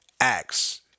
acts